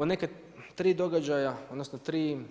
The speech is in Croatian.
O neka tri događaja, odnosno tri